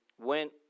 went